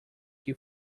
que